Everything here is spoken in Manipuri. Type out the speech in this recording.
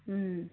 ꯎꯝ